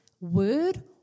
word